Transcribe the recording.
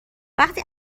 وقتی